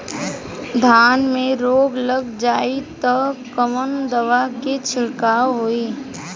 धान में रोग लग जाईत कवन दवा क छिड़काव होई?